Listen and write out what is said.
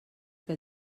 que